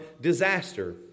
disaster